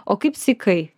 o kaip sykai